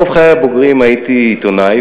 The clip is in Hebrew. רוב חיי הבוגרים הייתי עיתונאי,